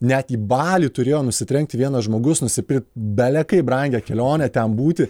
net į balį turėjo nusitrenkti vienas žmogus nusipirk bele kaip brangią kelionę ten būti